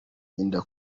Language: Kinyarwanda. inda